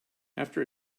after